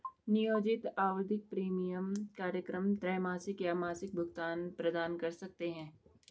नियोजित आवधिक प्रीमियम कार्यक्रम त्रैमासिक या मासिक भुगतान प्रदान कर सकते हैं